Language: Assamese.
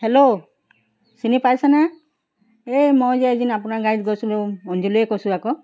হেল্ল' চিনি পাইছেনে এই মই যে এদিন আপোনাৰ গাড়ীত গৈছিলোঁ অঞ্জলীয়ে কৈছোঁ আকৌ